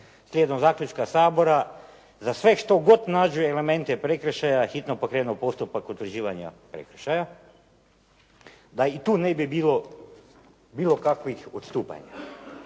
slijedom zaključka Sabora za sve što god nađe elemente prekršaja hitno pokrenu postupak utvrđivanja prekršaja, da i tu ne bi bilo kakvih odstupanja.